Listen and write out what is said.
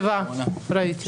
הצבעה מס' 4 בעד ההסתייגות 6 נגד,